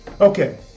Okay